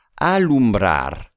Alumbrar